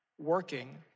working